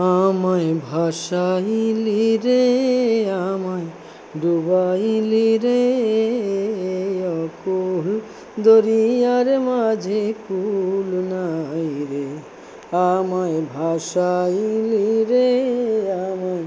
আমায় ভাসাইলি রে আমায় ডুবাইলি রে অকূল দরিয়ার মাঝে কূল নাই রে আমায় ভাসাইলি রে আমায়